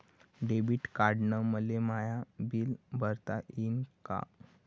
Debit कार्डानं मले माय बिल भरता येईन का?